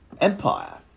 empire